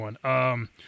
one